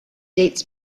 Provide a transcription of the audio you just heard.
dates